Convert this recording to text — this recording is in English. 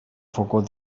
forgot